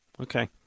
Okay